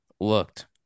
looked